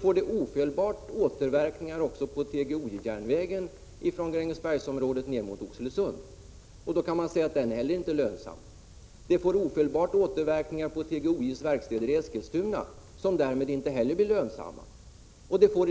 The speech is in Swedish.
får ofelbart återverkningar också på TGOJ-järnvägen från Grängesbergsområdet till Oxelösund, vilken alltså kan sägas inte heller vara lönsam. Den får också med nödvändighet återverkningar på TGOJ:s verkstäder i Eskilstuna, som därmed inte heller de kan sägas vara lönsamma.